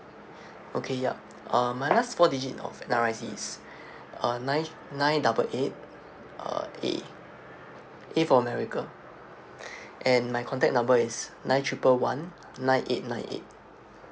okay ya uh my last four digit of N_R_I_C is uh nine nine double eight uh A A for america and my contact number is nine triple one nine eight nine eight